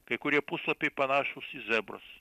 kai kurie puslapiai panašūs į zebrus